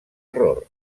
error